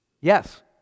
yes